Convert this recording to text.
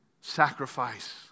sacrifice